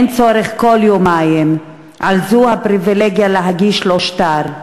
אין צורך כל יומיים / על זו הפריבילגיה להגיש לו שטר.